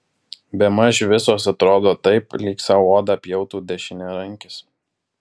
bemaž visos atrodo taip lyg sau odą pjautų dešiniarankis